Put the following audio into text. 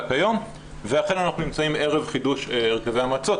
כיום ואכן אנחנו נמצאים ערב חידוש הרכבי המועצות.